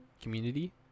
community